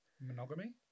Monogamy